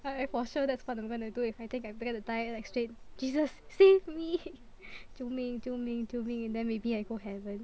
alright for sure that's what I'm gonna do if I think I'm gonna die like straight Jesus save me 救命救命救命 then maybe I go heaven